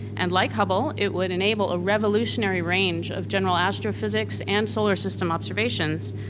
and like hubble, it would enable a revolutionary range of general astrophysics and solar system observations,